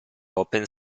open